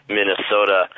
Minnesota